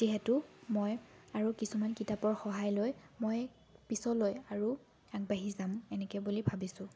যিহেতু মই আৰু কিছুমান কিতাপৰ সহায় লৈ মই পিছলৈ আৰু আগবাঢ়ি যাম এনেকৈ বুলি ভাবিছোঁ